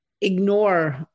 ignore